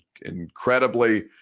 incredibly